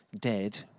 dead